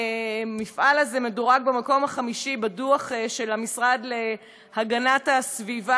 המפעל הזה מדורג במקום החמישי בדוח של המשרד להגנת הסביבה,